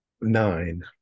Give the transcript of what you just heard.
Nine